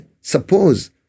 suppose